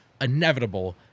Inevitable